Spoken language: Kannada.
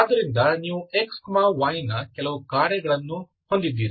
ಆದ್ದರಿಂದ ನೀವು xy ನ ಕೆಲವು ಕಾರ್ಯವನ್ನು ಹೊಂದಿದ್ದೀರಿ